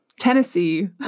Tennessee